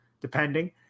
depending